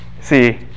see